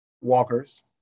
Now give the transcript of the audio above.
walkers